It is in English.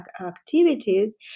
activities